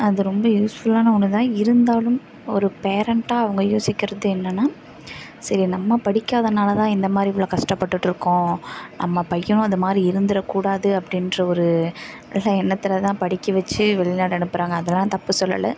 அது ரொம்ப யூஸ்ஃபுல்லான ஒன்று தான் இருந்தாலும் ஒரு பேரெண்டாக அவங்க யோசிக்கிறது என்னென்னா சரி நம்ம படிக்காததினாலதான் இந்த மாதிரி இவ்வளோ கஷ்டப்பட்டுட்டு இருக்கோம் நம்ம பையனும் அந்த மாதிரி இருந்துவிடக்கூடாது அப்படின்ற ஒரு நல்ல எண்ணத்தில் தான் படிக்க வைச்சி வெளிநாடு அனுப்புறாங்க அதெல்லாம் தப்பு சொல்லலை